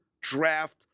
Draft